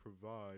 provide